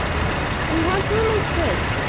and what room is this?